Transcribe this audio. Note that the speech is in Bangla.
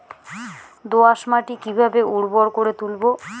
দোয়াস মাটি কিভাবে উর্বর করে তুলবো?